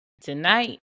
tonight